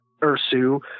Ursu